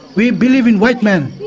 we believe in white man.